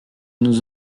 nous